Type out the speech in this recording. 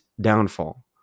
downfall